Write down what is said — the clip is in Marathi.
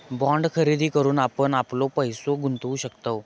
बाँड खरेदी करून आपण आपलो पैसो गुंतवु शकतव